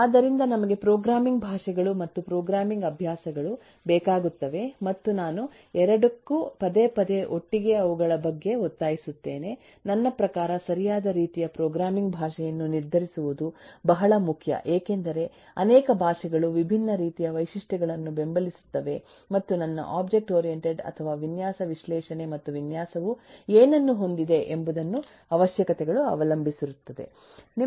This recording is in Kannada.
ಆದ್ದರಿಂದ ನಮಗೆ ಪ್ರೋಗ್ರಾಮಿಂಗ್ ಭಾಷೆಗಳು ಮತ್ತು ಪ್ರೋಗ್ರಾಮಿಂಗ್ ಅಭ್ಯಾಸಗಳು ಬೇಕಾಗುತ್ತವೆ ಮತ್ತು ನಾನು ಎರಡಕ್ಕೂ ಪದೇ ಪದೇ ಒಟ್ಟಿಗೆ ಅವುಗಳ ಬಗ್ಗೆ ಒತ್ತಾಯಿಸುತ್ತೇನೆ ನನ್ನ ಪ್ರಕಾರ ಸರಿಯಾದ ರೀತಿಯ ಪ್ರೋಗ್ರಾಮಿಂಗ್ ಭಾಷೆಯನ್ನು ನಿರ್ಧರಿಸುವುದು ಬಹಳ ಮುಖ್ಯ ಏಕೆಂದರೆ ಅನೇಕ ಭಾಷೆಗಳು ವಿಭಿನ್ನ ರೀತಿಯ ವೈಶಿಷ್ಟ್ಯಗಳನ್ನು ಬೆಂಬಲಿಸುತ್ತವೆ ಮತ್ತು ನನ್ನ ಒಬ್ಜೆಕ್ಟ್ ಓರಿಯಂಟೆಡ್ ಅಥವಾ ವಿನ್ಯಾಸ ವಿಶ್ಲೇಷಣೆ ಮತ್ತು ವಿನ್ಯಾಸವು ಏನನ್ನು ಹೊಂದಿದೆ ಎಂಬುದನ್ನು ಅವಶ್ಯಕತೆಗಳು ಅವಲಂಬಿಸಿರುತ್ತದೆ